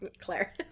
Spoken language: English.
Claire